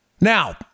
Now